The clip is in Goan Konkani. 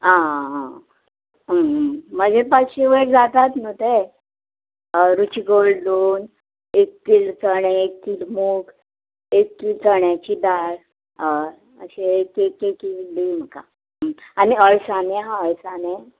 आं आं आं मागीर पांचशे वयर जातात न्हू ते रुची गोल्ड दोन एक कील चणे एक कील मूग एक कील चण्याची दाळ हय अशें एक एक एक दी म्हाका आनी अडसाणें आहा अडसाणें